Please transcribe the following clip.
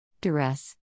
Duress